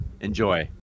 Enjoy